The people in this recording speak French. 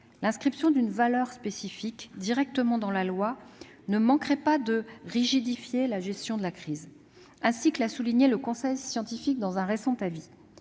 L'inscription d'une valeur spécifique directement dans la loi ne manquerait pas de rigidifier la gestion de la crise. Ainsi que l'a souligné le conseil scientifique dans un récent avis,